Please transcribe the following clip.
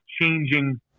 changing